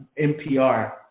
NPR